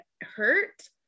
hurt